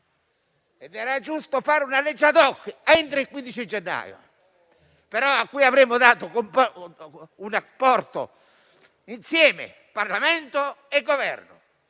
che era giusto fare una legge *ad hoc* entro il 15 gennaio, a cui avremmo dato un apporto tutti insieme, Parlamento e Governo,